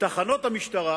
תחנות המשטרה